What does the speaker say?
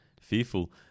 fearful